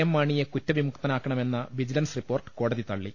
M മാണിയെ കുറ്റവിമു ക്തനാക്കണമെന്ന വിജിലൻസ് റിപ്പോർട്ട് കോടതി തള്ളി